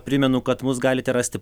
primenu kad mus galite rasti